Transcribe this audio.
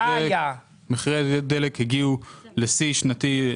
מחירי הדלק הגיעו לשיא שנתי.